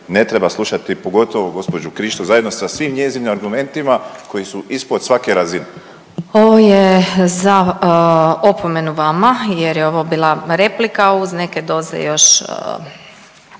ne treba slušati pogotovo gospođu Krišto zajedno sa svim njezinim argumentima koji su ispod svake razine. **Glasovac, Sabina (SDP)** Ovo je za opomenu vama jer je ovo bila replika uz neke doze još